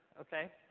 okay